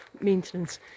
maintenance